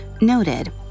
noted